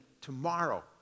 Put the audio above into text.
tomorrow